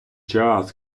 час